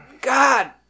God